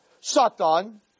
Satan